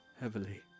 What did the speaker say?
heavily